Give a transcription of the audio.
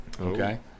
okay